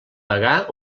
degà